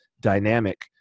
dynamic